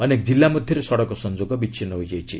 ଅନେକ ଜିଲ୍ଲା ମଧ୍ୟରେ ସଡ଼କ ସଂଯୋଗ ବିଚ୍ଛିନ୍ନ ହୋଇଯାଇଛି